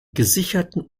gesicherten